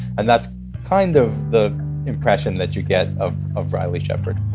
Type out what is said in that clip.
and that's kind of the impression that you get of of riley shepard